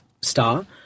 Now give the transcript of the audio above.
star